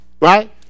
right